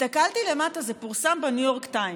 הסתכלתי למטה, זה פורסם בניו יורק טיימס,